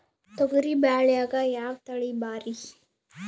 ತೊಗರಿ ಬ್ಯಾಳ್ಯಾಗ ಯಾವ ತಳಿ ಭಾರಿ?